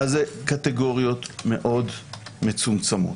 זה קטגוריות מאוד מצומצמות.